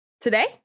today